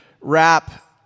wrap